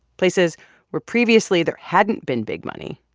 places where previously there hadn't been big money,